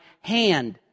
hand